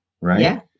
Right